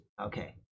Okay